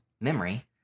memory